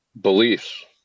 beliefs